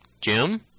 Jim